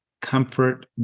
comfort